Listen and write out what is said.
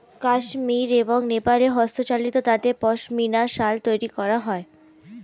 কাশ্মীর এবং নেপালে হস্তচালিত তাঁতে পশমিনা শাল তৈরি করা হয়